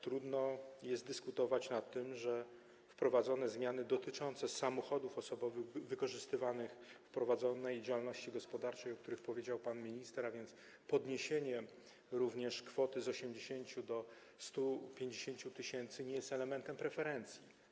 Trudno jest dyskutować nad tym, że wprowadzone zmiany dotyczące samochodów osobowych wykorzystywanych w prowadzonej działalności gospodarczej, o których powiedział pan minister, a więc podniesienie kwoty z 80 tys. do 150 tys., nie są elementem preferencji.